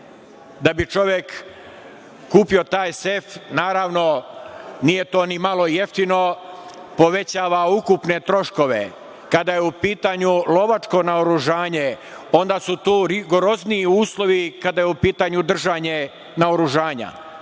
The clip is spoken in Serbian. Da bi čovek kupio taj sef, naravno, nije to ni malo jeftino, povećava ukupne troškove. Kada je u pitanju lovačko naoružanje, onda su tu rigorozniji uslovi kada je u pitanju držanje naoružanja.